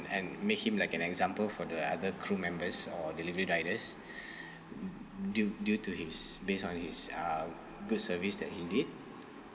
and make him like an example for the other crew members or delivery riders due due to his based on his um good service that he did